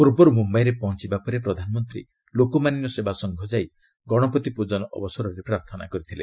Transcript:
ପୂର୍ବରୁ ମୁମ୍ୟାଇରେ ପହଞ୍ଚବା ପରେ ପ୍ରଧାନମନ୍ତ୍ରୀ ଲୋକମାନ୍ୟ ସେବାସଂଘ ଯାଇ ଗଣପତି ପୂଜନ ଅବସରରେ ପ୍ରାର୍ଥନା କରିଥିଲେ